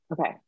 Okay